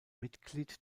mitglied